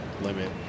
limit